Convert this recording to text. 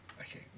Okay